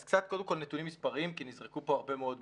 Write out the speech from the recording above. אז קצת קודם כל נתונים מספריים כי נזרקו פה הרבה מאוד מספרים.